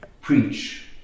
preach